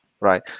Right